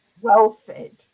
well-fed